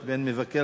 נגד,